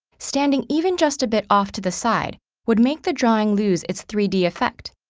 standing even just a bit off to the side would make the drawing lose its three d effect.